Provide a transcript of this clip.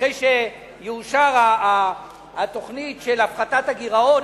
אחרי שתאושר התוכנית של הפחתת הגירעון,